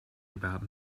about